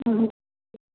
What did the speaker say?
ହଁ